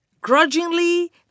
grudgingly